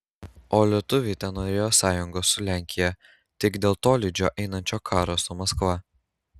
o lietuviai tenorėjo sąjungos su lenkija tik dėl tolydžio einančio karo su maskva